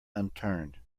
unturned